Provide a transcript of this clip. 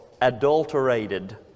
adulterated